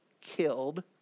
killed